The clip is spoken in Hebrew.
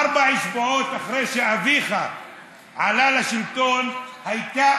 ארבע שבועות אחרי שאביך עלה לשלטון הייתה